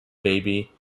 baby